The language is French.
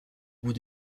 bout